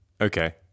okay